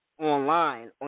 online